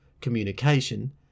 communication